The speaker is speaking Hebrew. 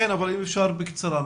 כן בבקשה.